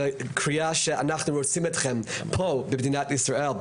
של קריאה שאנחנו רוצים אתכם פה, במדינת ישראל.